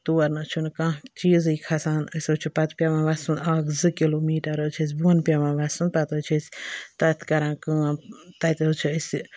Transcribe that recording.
تور نہ حٕظ چھُنہٕ کانٛہہ چیٖزٕے کھَژان کِہیٖنۍ اسہِ حظ چھُ پتہٕ پٮ۪وان وَسُن اَکھ زٕ کِلوٗ میٖٹَر حٕظ چھِ اَسہِ بۄن پٮ۪وان وَسُن پتہٕ حٕظ چھِ أسۍ تَتھ کَران کٲم تَتہِ حٕظ چھُ اَسہِ